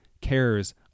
cares